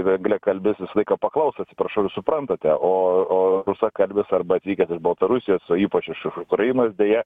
anglakalbis visą laiką paklaus atsiprašau jūs suprantate o o rusakalbis arba atvykęs iš baltarusijos o ypač iš ukrainos beje